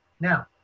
Now